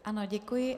Ano, děkuji.